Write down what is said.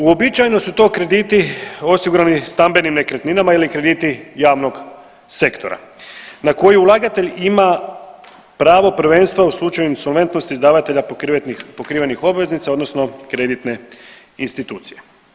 Uobičajeno su to krediti osigurani stambenim nekretninama ili krediti javnog sektora na koji ulagatelj ima pravo prvenstva u slučaju insolventnosti izdavatelja pokrivenih obveznica odnosno kreditne institucije.